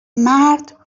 مرد